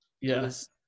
Yes